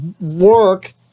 work